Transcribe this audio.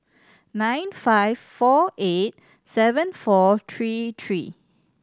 nine five four eight seven four three three